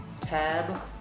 tab